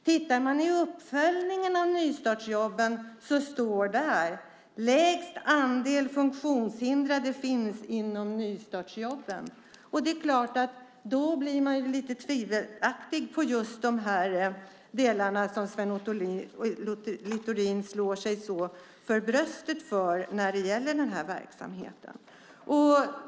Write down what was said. Tittar man i uppföljningen av nystartsjobben står det att lägst antal funktionshindrade finns inom nystartsjobben. Då tvivlar man lite på de delar som Sven Otto Littorin slår sig så för bröstet för när det gäller denna verksamhet.